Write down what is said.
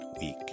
week